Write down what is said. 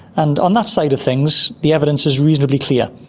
and on that side of things the evidence is reasonably clear.